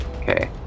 Okay